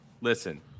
listen